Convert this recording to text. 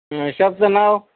हां शॉपचं नाव